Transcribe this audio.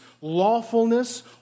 lawfulness